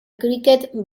cricket